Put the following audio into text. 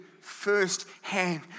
Firsthand